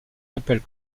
appelle